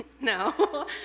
no